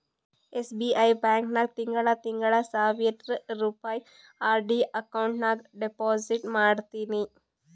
SBI bank ನಾಗ್ ತಿಂಗಳಾ ತಿಂಗಳಾ ಸಾವಿರ್ ರುಪಾಯಿ ಆರ್.ಡಿ ಅಕೌಂಟ್ ನಾಗ್ ಡೆಪೋಸಿಟ್ ಮಾಡ್ತೀನಿ